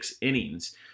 innings